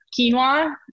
quinoa